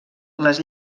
les